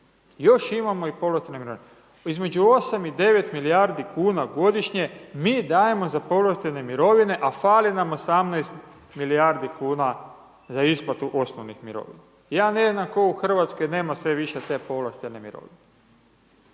Još imamo i povlaštene mirovine. Između 8 i 9 milijardi kuna godišnje mi dajemo za povlaštene mirovine a fali nam 18 milijardi kuna za isplatu osnovnih mirovina. Ja ne znam tko u Hrvatskoj nema sve više te povlaštene mirovine.